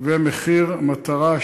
ו"מחיר מטרה",